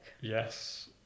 Yes